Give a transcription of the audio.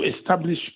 establish